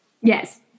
Yes